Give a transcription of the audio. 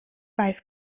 weiß